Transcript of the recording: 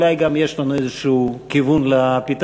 אולי גם יש לנו איזשהו כיוון לפתרון,